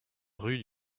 rue